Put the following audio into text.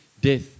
death